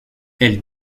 elle